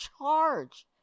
charge